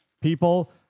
people